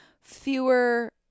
fewer